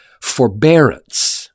forbearance